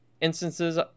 Instances